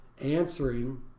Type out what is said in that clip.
answering